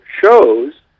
shows